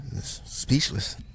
speechless